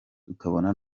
tukabona